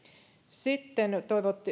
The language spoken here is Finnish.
sitten